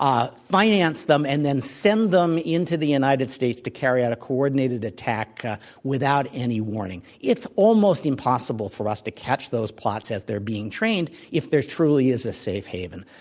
um finance them, and then send them into the united states to carry out a coordinated attack without any warning, it's almost impossible for us to catch those plots as they're being trained if there truly is a safe haven.